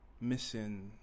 missing